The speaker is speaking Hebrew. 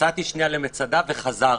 יצאתי שנייה למצדה וחזרתי.